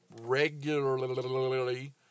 regularly